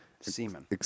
Semen